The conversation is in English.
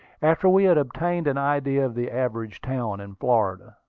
after we had obtained an idea of the average town in florida.